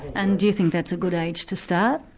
and do you think that's a good age to start?